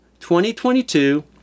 2022